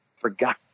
forgot